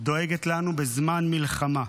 דואגת לו בזמן מלחמה.